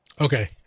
Okay